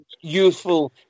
Youthful